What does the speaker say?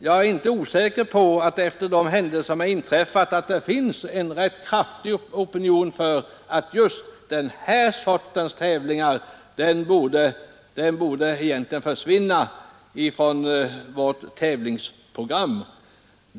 Jag är ganska förvissad om att det efter de händelser som inträffat finns en rätt kraftig opinion för att den av mig berörda typen av tävlingar borde försvinna från tävlingsprogrammet.